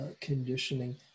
conditioning